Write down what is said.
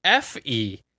FE